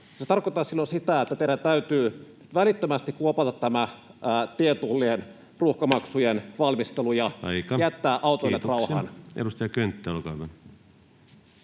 se tarkoittaa silloin sitä, että teidän täytyy välittömästi kuopata tämä tietullien, ruuhkamaksujen, valmistelu ja [Puhemies: Aika!] jättää autoilijat rauhaan. Kiitoksia. — Edustaja Könttä, olkaa hyvä.